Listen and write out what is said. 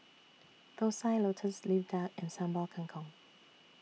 Thosai Lotus Leaf Duck and Sambal Kangkong